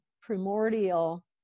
primordial